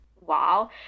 wow